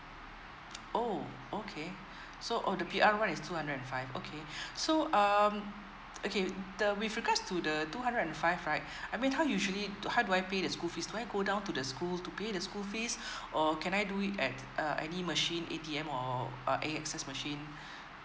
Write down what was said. orh okay so orh the P_R one is two hundred and five okay so um okay the with regards to the two hundred and five right I mean how usually how do I pay the school fees do I go down to the school to pay the school fees or can I do it at uh any machine A_T_M or uh A_X_S machine